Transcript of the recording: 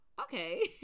okay